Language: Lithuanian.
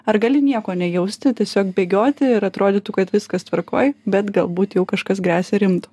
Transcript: ar gali nieko nejausti tiesiog bėgioti ir atrodytų kad viskas tvarkoj bet galbūt jau kažkas gresia rimto